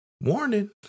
warning